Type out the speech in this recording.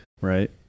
right